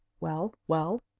well? well?